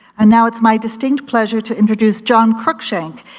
and now it's my distinct pleasure to introduce john cruickshank,